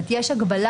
כן,